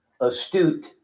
astute